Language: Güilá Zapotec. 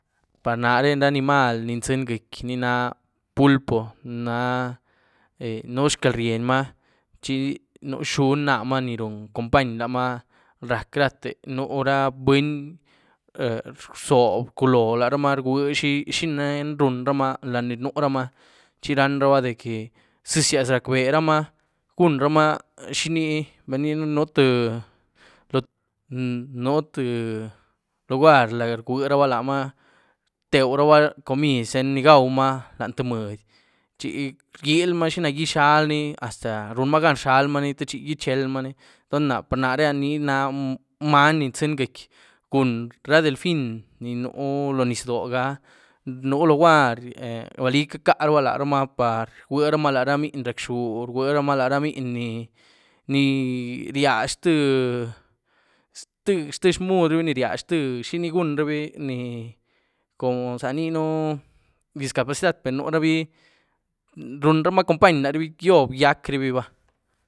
Par nare ra animaal ní zyeny gyiec´ní ni na pulpo, nah eh nu xcalryenymaa chi nú xhuun naamaa ni run company laamaa rac´rate, nú ra buny rzoob, rculolaramaa, rwe xi-xi runrumaa lad ní nuramaa, chi ranrabah de que ziezaz rac´beramaa gunramaa xiní, balíninú nuth nuth lugary lad rwerabaa lamaa, rteurubaa cumid ní gawmaa lany tíe myied chi rgielmaa xina gyízhalni hasta runmaagan rzhalmaaní techi ichelmany par na ni na many ní zyeny gyiec´ cun ra delfin ni nú loo nyiz doo ga, në luguary belí ca´carubaa lahrumaa par rweramaa la ra mniny ni rac´xuu, rweramaa la ra mniny ni-ni ryazh ztïé ztïé-ztïé zhmuudrubí, ni ryazh ztíe ni gunrubí, ni cun za inyën zá discapacidad per nurabí mme runramaa company laharabí par gyob gyiac´rabí.